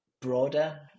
broader